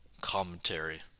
commentary